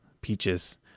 peaches